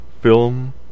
film